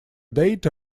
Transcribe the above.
data